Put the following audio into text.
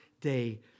day